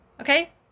Okay